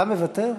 אתה מוותר?